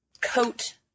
coat